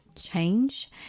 change